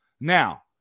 Now